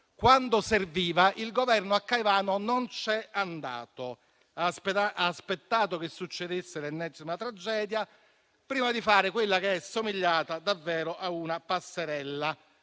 quando serviva il Governo a Caivano non c'è andato. Ha aspettato che succedesse l'ennesima tragedia prima di fare quella che è somigliata davvero a una passerella,